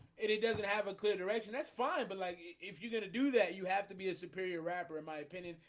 it it doesn't have a clear direction. that's fine but like if you're gonna do that, you have to be a superior rapper in my opinion.